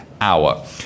hour